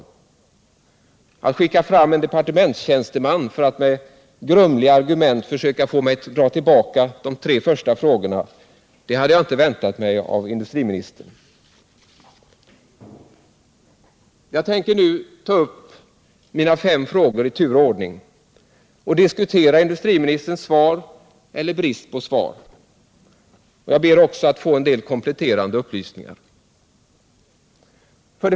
Att industriministern skulle skicka fram en depar St tementstjänsteman för att med grumliga argument försöka få mig att dra tillbaka de tre första frågorna, det hade jag inte väntat mig. Jag tänker nu ta upp mina fem frågor i tur och ordning och diskutera industriministerns svar eller brist på svar. Jag ber också att få en del kompletterande upplysningar.